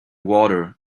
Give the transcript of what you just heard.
water